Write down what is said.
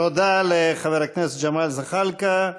תודה לחבר הכנסת ג'מאל זחאלקה.